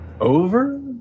over